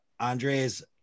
andre's